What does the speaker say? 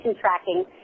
tracking